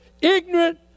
ignorant